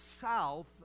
south